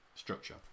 Structure